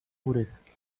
urywki